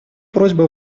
просьба